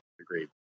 Agreed